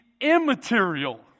immaterial